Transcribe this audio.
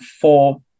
four